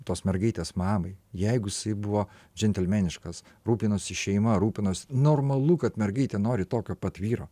tos mergaitės mamai jeigu jisai buvo džentelmeniškas rūpinosi šeima rūpinosi normalu kad mergaitė nori tokio pat vyro